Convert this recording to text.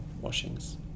washings